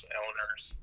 owners